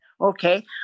Okay